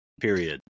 period